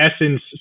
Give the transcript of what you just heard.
essence